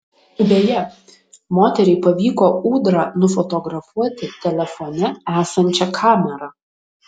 beje moteriai pavyko ūdrą nufotografuoti telefone esančia kamera